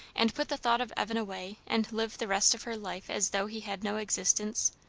and put the thought of evan away, and live the rest of her life as though he had no existence?